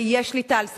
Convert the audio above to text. ויש שליטה על סדר-היום,